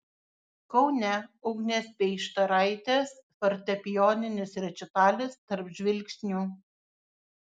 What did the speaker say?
kaune ugnės peištaraitės fortepijoninis rečitalis tarp žvilgsnių